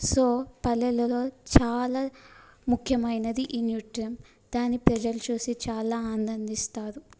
so పల్లెలలో చాలా ముఖ్యమైనది ఈ నృత్యం దాన్ని ప్రజలు చూసి ఆనందిస్తారు